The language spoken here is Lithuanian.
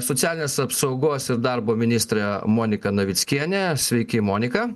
socialinės apsaugos ir darbo ministrė monika navickienė sveiki monika